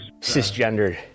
cisgendered